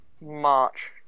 March